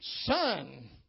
son